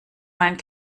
meinen